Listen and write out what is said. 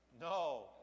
No